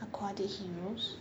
aquatic heroes